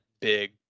big